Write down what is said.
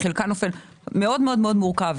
מאוד מורכב.